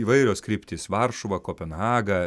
įvairios kryptys varšuva kopenhaga